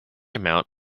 amount